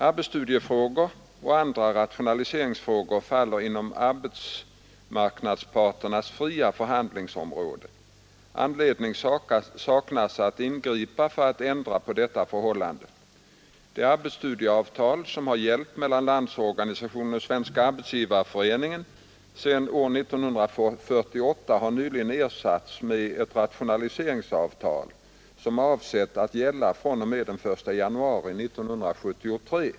Arbetsstudiefrågor och andra rationaliseringsfrågor faller inom arbetsmarknadsparternas fria förhandlingsområde. Anledning saknas att ingripa för att ändra på detta förhållande. Det arbetsstudieavtal som har gällt mellan Landsorganisationen och Svenska arbetsgivareföreningen sedan år 1948 har nyligen ersatts med ett rationaliseringsavtal som är avsett att gälla fr.o.m. den 1 januari 1973.